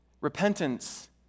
repentance